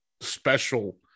special